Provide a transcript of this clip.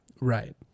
right